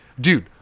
dude